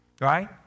Right